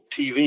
TV